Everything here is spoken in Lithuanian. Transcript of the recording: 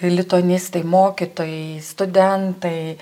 lituanistai mokytojai studentai